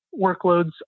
workloads